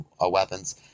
weapons